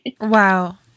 Wow